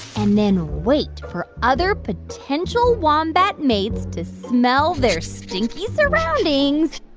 and then wait for other potential wombat mates to smell their stinky surroundings,